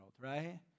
Right